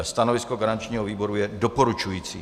Stanovisko garančního výboru je doporučující.